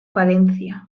palencia